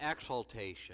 exaltation